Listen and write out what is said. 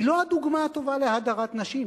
הוא לא הדוגמה הטובה להדרת נשים,